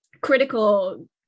critical